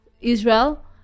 Israel